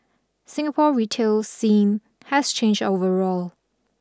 Singapore retail scene has changed overall